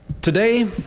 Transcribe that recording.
today